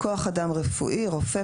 ""כוח אדם רפואי" רופא,